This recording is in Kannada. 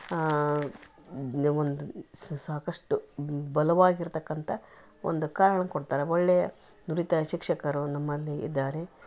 ಆ ಒಂದು ಸಾಕಷ್ಟು ಬಲವಾಗಿರ್ತಕ್ಕಂಥ ಒಂದು ಕಾರಣ ಕೊಡ್ತರೆ ಒಳ್ಳೆಯ ನುರಿತ ಶಿಕ್ಷಕರು ನಮ್ಮಲ್ಲಿ ಇದ್ದಾರೆ